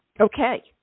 Okay